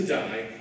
die